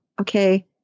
okay